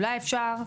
אולי אפשר,